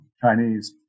Chinese